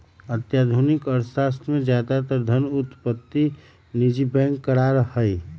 आधुनिक अर्थशास्त्र में ज्यादातर धन उत्पत्ति निजी बैंक करा हई